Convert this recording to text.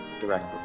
direct